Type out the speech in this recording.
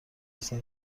اثر